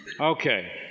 Okay